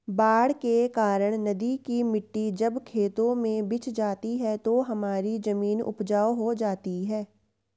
बाढ़ के कारण नदी की मिट्टी जब खेतों में बिछ जाती है तो हमारी जमीन उपजाऊ हो जाती है